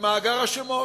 במאגר השמות.